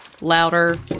louder